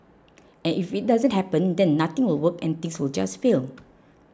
and if it doesn't happen then nothing will work and things will just fail